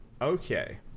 Okay